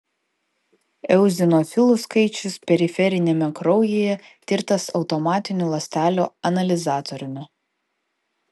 eozinofilų skaičius periferiniame kraujyje tirtas automatiniu ląstelių analizatoriumi